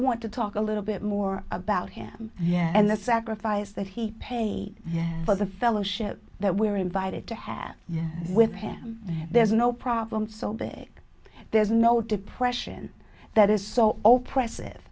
want to talk a little bit more about him yeah and the sacrifice that he paid for the fellowship that we're invited to have with him there's no problem so bad there's no depression that is so all pr